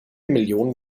millionen